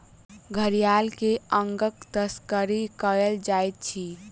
घड़ियाल के अंगक तस्करी कयल जाइत अछि